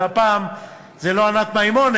והפעם זאת לא ענת מימון,